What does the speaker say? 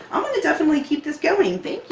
um to definitely keep this going! thank you,